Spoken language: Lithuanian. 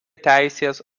teisės